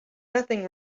nothing